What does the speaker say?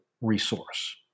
resource